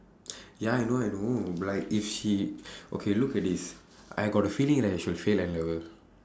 ya I know I know but like if she okay look at this I got a feeling right she'll fail N level